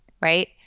right